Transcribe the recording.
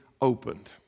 opened